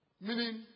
Meaning